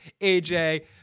AJ